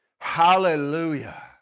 Hallelujah